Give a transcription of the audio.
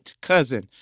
cousin